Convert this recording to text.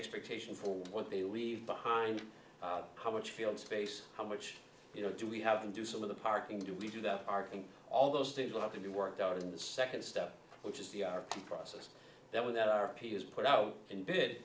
expectation for what they leave behind how much field space how much you know do we have them do some of the parking do we do that are all those things will have to be worked out in the nd step which is the process that when that r p is put out and bid